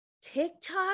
TikTok